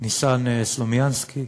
ניסן סלומינסקי.